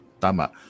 Tama